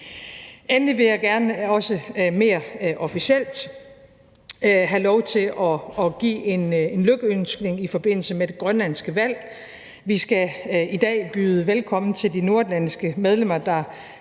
Endelig vil jeg også gerne mere officielt have lov til at give en lykønskning i forbindelse med det grønlandske valg. Vi skal i dag byde velkommen til de nordatlantiske medlemmer, der